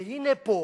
והנה פה,